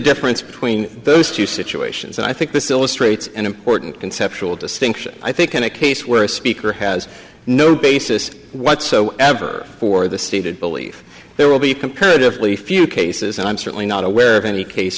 difference between those two situations and i think this illustrates an important conceptual distinction i think in a case where a speaker has no basis whatsoever for the stated belief there will be comparatively few cases and i'm certainly not aware of any case